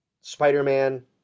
Spider-Man